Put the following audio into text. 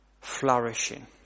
flourishing